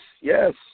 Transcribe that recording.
yes